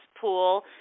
pool